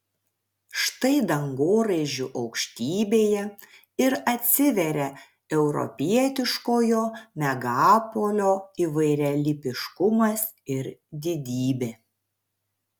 štai dangoraižių aukštybėje ir atsiveria europietiškojo megapolio įvairialypiškumas ir didybė